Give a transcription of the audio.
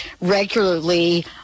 regularly